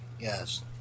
Yes